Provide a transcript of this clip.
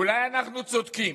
אולי אנחנו צודקים,